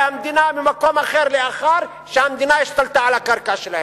המדינה ממקום אחר לאחר שהמדינה השתלטה על הקרקע שלהם.